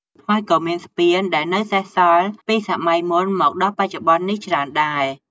ហើយក៏មានស្ពានដែលនៅសេសសល់ពីសម័យមុនមកដល់បច្ចុប្បន្ននេះច្រើនដែរ។